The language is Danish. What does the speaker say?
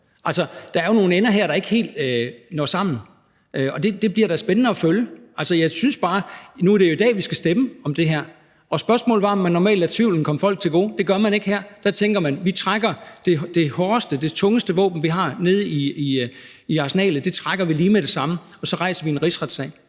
der er jo nogle ender, der ikke helt når sammen her, og det bliver da spændende at følge. Nu er det jo i dag, vi skal stemme om det her, og sagen er, at man normalt lader tvivlen komme folk til gode, men det gør man ikke her. Man tænker: Vi trækker det tungeste våben, vi har i arsenalet, lige med det samme, og så rejser vi en rigsretssag.